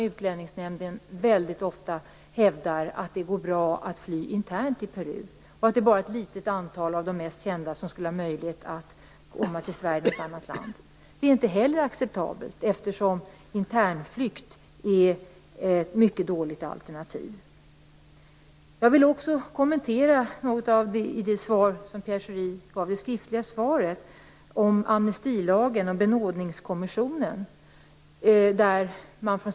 Utlänningsnämnden hävdar väldigt ofta att det går bra att fly internt i Peru. Det är bara ett litet antal av de mest kända som skulle ha möjlighet att komma till Sverige eller något annat land. Det är inte heller acceptabelt eftersom internflykt är ett mycket dåligt alternativ. Jag vill också kommentera några saker i det skriftliga svar som Pierre Schori gav. Det handlar om amnestilagen och benådningskommissionen.